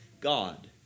God